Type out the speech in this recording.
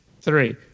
three